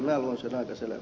arvoisa puhemies